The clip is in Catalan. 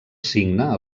signa